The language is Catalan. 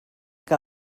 que